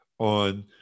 on